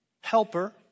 helper